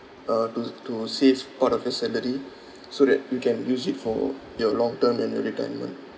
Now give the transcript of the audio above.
uh to to save part of your salary so that you can use it for your long term and your retirement